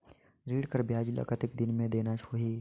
ऋण कर ब्याज ला कतेक दिन मे देना होही?